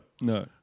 no